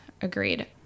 Agreed